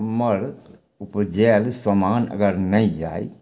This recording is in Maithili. हमर उपजाओल सामान अगर नहि जाइ